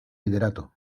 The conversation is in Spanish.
liderato